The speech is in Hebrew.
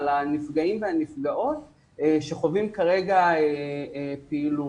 על הנפגעים והנפגעות שחווים כרגע פעילות.